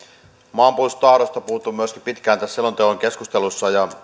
maanpuolustustahdosta on puhuttu pitkään tässä selonteon keskustelussa ja